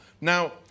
Now